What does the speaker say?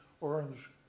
orange